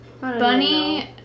bunny